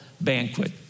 banquet